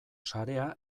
sarea